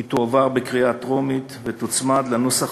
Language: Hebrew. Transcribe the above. הצעת החוק תועבר בקריאה טרומית ותוצמד לנוסח